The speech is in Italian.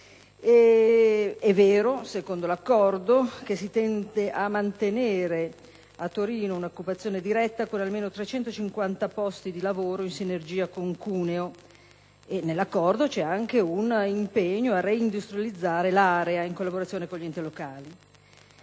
è vero che, secondo l'accordo, si tende a mantenere a Torino un'occupazione diretta, con almeno 350 posti di lavoro, in sinergia con Cuneo e che c'è anche un impegno a reindustrializzare l'area, in collaborazione con gli enti locali;